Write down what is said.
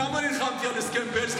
למה נלחמתי על הסכם בעלז?